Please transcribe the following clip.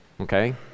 okay